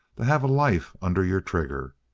to have a life under your trigger.